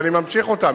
אני ממשיך אותם.